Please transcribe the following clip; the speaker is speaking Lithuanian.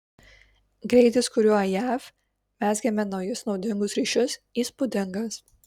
greitis kuriuo jav mezgėme naujus naudingus ryšius įspūdingas